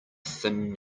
thin